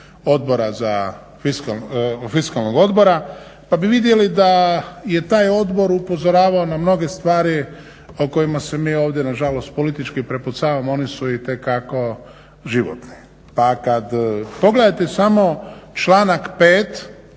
zadnjeg fiskalnog odbora pa bi vidjeli da je taj odbor upozoravao na mnoge stvarima o kojima se mi ovdje nažalost politički prepucavamo. Oni su itekako životni. Pa kad pogledate samo članak 5.